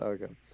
Okay